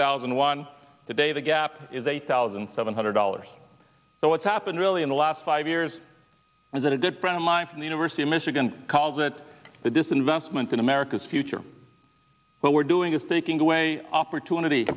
thousand and one today the gap is eight thousand seven hundred dollars so what's happened really in the last five years is that it did friend of mine from the university of michigan called it the disinvestment in america's future what we're doing is taking away opportunity